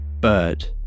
Bird